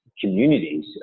communities